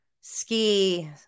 ski